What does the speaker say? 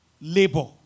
labor